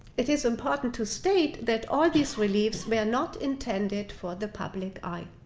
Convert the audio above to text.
it is important to state that all these reliefs were not intended for the public eye.